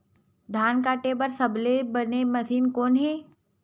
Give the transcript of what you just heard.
धान काटे बार सबले बने मशीन कोन हे?